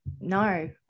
no